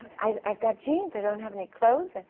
i've got jeans. i don't have any clothes.